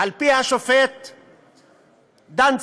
על פי השופט דנציגר,